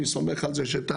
אני סומך על זה שתעקבי,